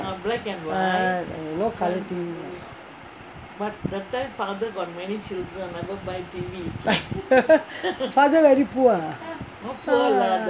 no colour T_V lah father very poor ah